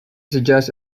suggest